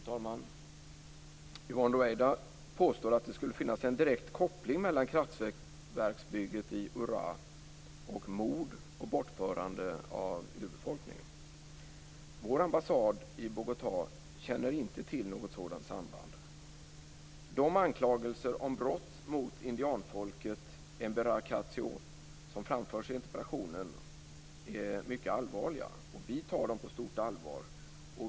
Fru talman! Yvonne Ruwaida påstår att det skulle finnas en direkt koppling mellan kraftverksbygget i Vår ambassad i Bogotá känner inte till något sådant samband. Katio som framförs in interpellationen är mycket allvarliga. Vi tar dem på stort allvar.